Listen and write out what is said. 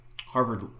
Harvard